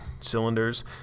cylinders